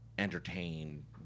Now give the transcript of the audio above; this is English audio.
Entertain